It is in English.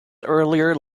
earlier